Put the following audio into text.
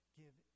give